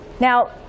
Now